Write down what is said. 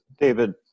David